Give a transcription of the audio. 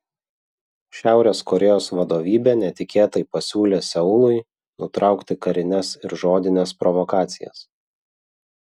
šiaurės korėjos vadovybė netikėtai pasiūlė seului nutraukti karines ir žodines provokacijas